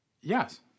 Yes